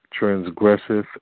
transgresseth